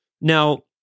Now